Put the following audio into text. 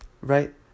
Right